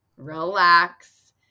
relax